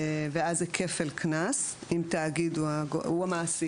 ואז זה כפל קנס אם התאגיד הוא מעסיק.